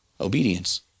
Obedience